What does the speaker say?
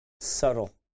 Subtle